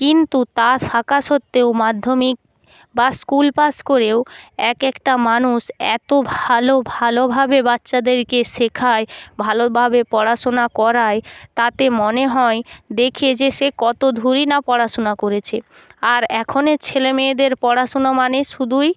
কিন্তু তা থাকা সত্ত্বেও মাধ্যমিক বা স্কুল পাশ করেও এক একটা মানুষ এত ভালো ভালোভাবে বাচ্চাদেরকে শেখায় ভালোভাবে পড়াশোনা করায় তাতে মনে হয় দেখে যে সে কত দূরই না পড়াশোনা করেছে আর এখনের ছেলেমেয়েদের পড়াশোনা মানে শুধুই